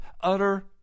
utter